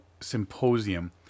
Symposium